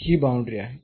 ही boundary आहे